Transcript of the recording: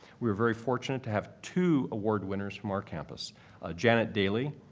we are very fortunate to have two award winners from our campus janet daley,